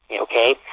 Okay